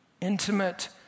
intimate